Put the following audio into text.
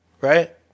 Right